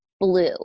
blue